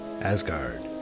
Asgard